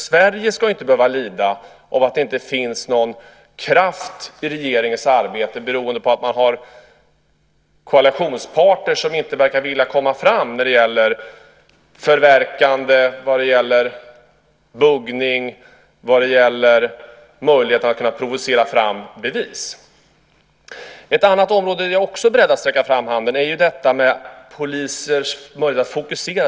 Sverige ska inte behöva lida för att det inte finns någon kraft i regeringens arbete beroende på att man har koalitionspartner som inte verkar vilja komma fram när det gäller förverkande, buggning och möjlighet att provocera fram bevis. Ett annat område där jag också är beredd att sträcka fram handen är detta med polisers möjligheter att fokusera.